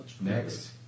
next